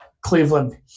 Cleveland